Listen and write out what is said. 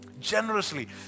Generously